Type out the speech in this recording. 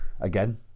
again